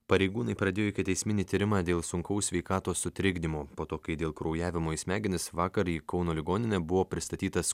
pareigūnai pradėjo ikiteisminį tyrimą dėl sunkaus sveikatos sutrikdymo po to kai dėl kraujavimo į smegenis vakar į kauno ligoninę buvo pristatytas